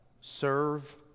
Serve